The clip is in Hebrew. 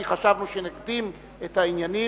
כי חשבנו שנקדים את העניינים,